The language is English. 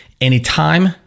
anytime